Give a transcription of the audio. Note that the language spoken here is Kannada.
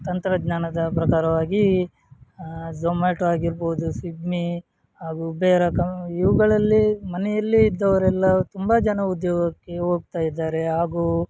ತಂತ್ರಜ್ಞಾನದ ಪ್ರಕಾರವಾಗಿ ಝೊಮ್ಯಾಟೋ ಆಗಿರ್ಬೋದು ಸ್ವಿಗ್ಮಿ ಹಾಗೂ ಬೇರೆ ಕ ಇವುಗಳಲ್ಲಿ ಮನೆಯಲ್ಲೇ ಇದ್ದವರೆಲ್ಲ ತುಂಬ ಜನ ಉದ್ಯೋಗಕ್ಕೆ ಹೋಗ್ತಾ ಇದ್ದಾರೆ ಹಾಗೂ